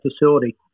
facility